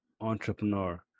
entrepreneur